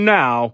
now